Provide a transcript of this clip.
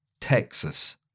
Texas